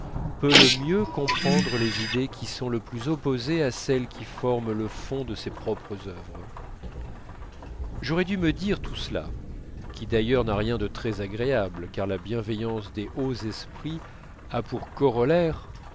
peut le mieux comprendre les idées qui sont le plus opposées à celles qui forment le fond de ses propres œuvres j'aurais dû me dire tout cela qui d'ailleurs n'a rien de très agréable car la bienveillance des hauts esprits a pour corollaire